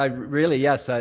um really, yes, ah